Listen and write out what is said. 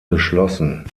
geschlossen